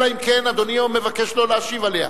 אלא אם כן אדוני מבקש לא להשיב עליה,